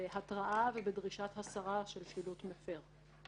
אלא בהתראה ובדרישת הסרה של שילוט מפר.